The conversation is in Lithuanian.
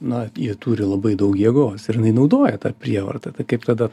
na jie turi labai daug jėgos ir jinai naudoja tą prievartą tai kaip tada